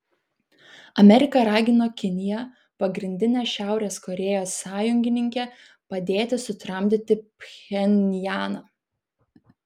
amerika ragino kiniją pagrindinę šiaurės korėjos sąjungininkę padėti sutramdyti pchenjaną